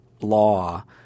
law